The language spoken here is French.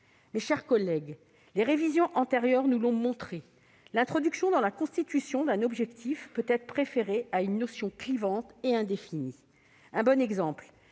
Mes chers collègues, comme les révisions antérieures nous l'ont montré, l'introduction dans la Constitution d'un objectif peut être préférée à une notion clivante et indéfinie. La loi